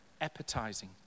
appetizing